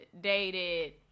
dated